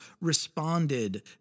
responded